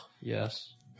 Yes